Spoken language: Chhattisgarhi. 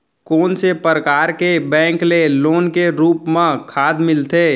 कोन से परकार के बैंक ले लोन के रूप मा खाद मिलथे?